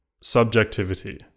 subjectivity